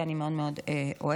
שאני מאוד מאוד אוהבת,